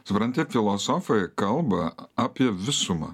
supranti filosofai kalba apie visumą